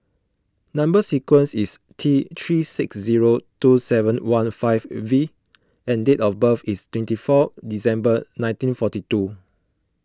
Number Sequence is T three six zero two seven one five V and date of birth is twenty four December nineteen forty two